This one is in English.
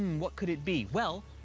what could it be? well,